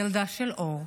ילדה של אור.